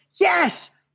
Yes